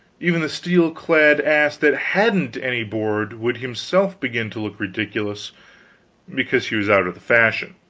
even the steel-clad ass that hadn't any board would himself begin to look ridiculous because he was out of the fashion.